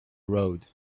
road